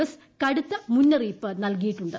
S കടുത്ത മുന്നറിയിപ്പ് നല്കിയിട്ടുണ്ട്